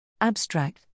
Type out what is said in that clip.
Abstract